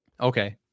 Okay